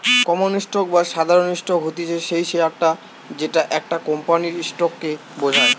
common stock বা সাধারণ stock হতিছে সেই শেয়ারটা যেটা একটা কোম্পানির স্টক কে বোঝায়